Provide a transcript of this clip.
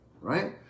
right